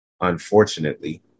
unfortunately